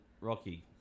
Rocky